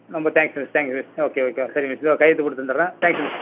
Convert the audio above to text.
ரொம்ப thanks miss thanks miss okay okay சரி miss இதோ கையெழுத்துப் போட்டு தந்துடுறன் தேங்க்ஸ் மிஸ்